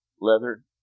leather